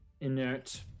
inert